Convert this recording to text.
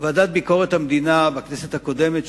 הוועדה לענייני ביקורת המדינה בכנסת הקודמת,